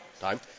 Time